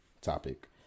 topic